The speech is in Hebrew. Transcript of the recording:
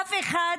אף אחד